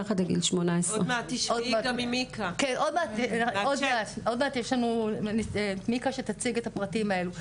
מתחת לגיל 18. עוד מעט יש לנו את מיקה שתציג את הפרטים האלו.